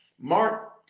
Mark